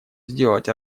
сделать